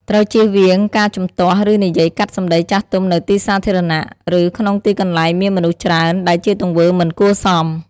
ត្រូវជៀសវាងការជំទាស់ ឬនិយាយកាត់សម្ដីចាស់ទុំនៅទីសាធារណៈ ឬក្នុងទីកន្លែងមានមនុស្សច្រើន ដែលជាទង្វើមិនគួរសម។